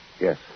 Yes